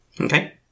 Okay